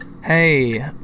Hey